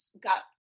got